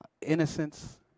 Innocence